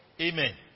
Amen